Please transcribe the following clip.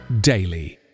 daily